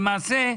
למעשה,